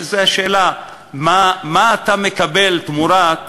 זאת שאלה, מה אתה מקבל תמורת